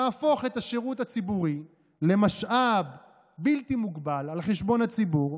נהפוך את השירות הציבורי למשאב בלתי מוגבל על חשבון הציבור